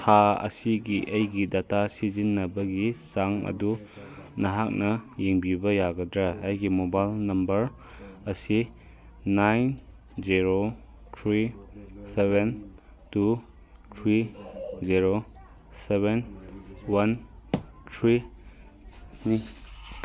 ꯊꯥ ꯑꯁꯤꯒꯤ ꯑꯩꯒꯤ ꯗꯇꯥ ꯁꯤꯖꯤꯟꯅꯕꯒꯤ ꯆꯥꯡ ꯑꯗꯨ ꯅꯍꯥꯛꯅ ꯌꯦꯡꯕꯤꯕ ꯌꯥꯒꯗ꯭ꯔꯥ ꯑꯩꯒꯤ ꯃꯣꯕꯥꯏꯜ ꯅꯝꯕꯔ ꯑꯁꯤ nine zero three seven two three zero seven one ꯊ꯭ꯔꯤꯅꯤ